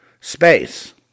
space